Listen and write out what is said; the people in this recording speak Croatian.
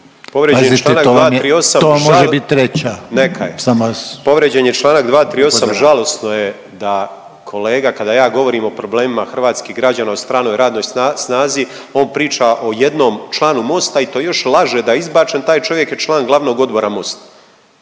se ne čuje./... Povrijeđen je čl. 238, žalosno je da kolega, kada ja govorim o problemima hrvatskih građana o stranoj radnoj snazi, on priča o jednom članu Mosta i to još laže da je izbačen, taj čovjek je član glavnog odbora Mosta.